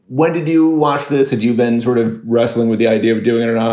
when did you wash this? and you've been sort of wrestling with the idea of doing it. and